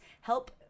help